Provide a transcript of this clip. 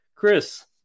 Chris